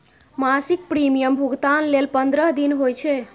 मासिक प्रीमियम भुगतान लेल पंद्रह दिन होइ छै